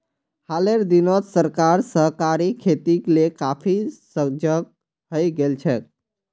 हालेर दिनत सरकार सहकारी खेतीक ले काफी सजग हइ गेल छेक